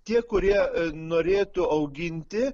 tie kurie norėtų auginti